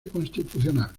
constitucional